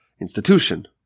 institution